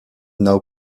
now